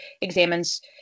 examines